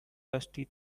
dusty